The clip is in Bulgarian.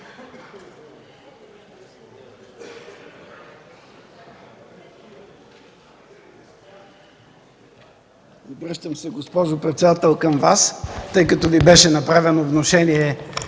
Обръщам се, госпожо председател, към Вас, тъй като Ви беше направено внушение